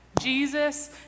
Jesus